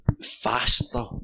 faster